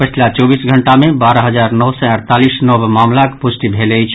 पछिला चौबीस घंटा मे बारह हजार नओ सय अड़तालीस नव मामिलाक पुष्टि भेल अछि